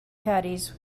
caddies